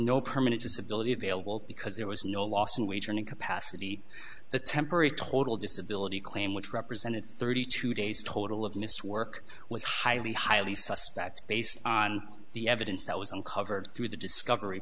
no permanent disability available because there was no loss in wage earning couple asadi the temporary total disability claim which represented thirty two days total of missed work was highly highly suspect based on the evidence that was uncovered through the discovery